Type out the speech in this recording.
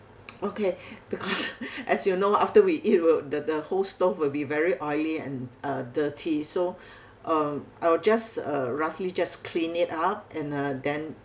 okay because as you know after we eat the the whole stove will be very oily and uh dirty so uh I'll just uh roughly just clean it up and uh then